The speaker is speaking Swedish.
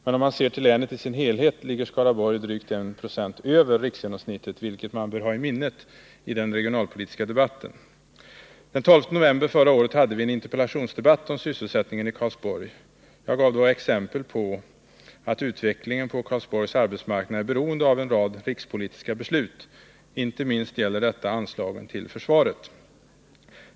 Men om man ser till länet i dess helhet finner man att Skaraborg ligger drygt 1 26 över riksgenomsnittet, vilket man bör ha i minnet i den regionalpolitiska debatten. Den 12 november förra året hade vi en interpellationsdebatt om sysselsättningen i Karlsborg. Jag gav då exempel på att utvecklingen på Karlsborgs arbetsmarknad är beroende av en rad rikspolitiska beslut — inte minst gäller detta anslagen till försvaret.